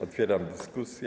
Otwieram dyskusję.